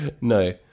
No